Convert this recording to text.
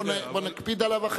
אני יודע, בוא ונקפיד עליו.